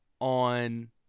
on